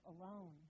alone